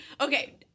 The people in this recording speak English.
Okay